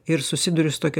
ir susiduriu su tokia